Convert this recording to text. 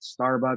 starbucks